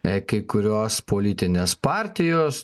ne kai kurios politinės partijos